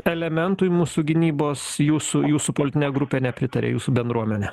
elementui mūsų gynybos jūsų jūsų politinė grupė nepritaria jūsų bendruomenė